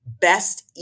best